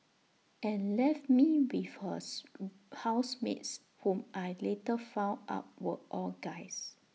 and left me with hers housemates whom I later found out were all guys